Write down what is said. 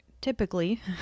typically